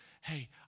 hey